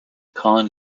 collin